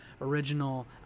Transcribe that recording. original